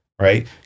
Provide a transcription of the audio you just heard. right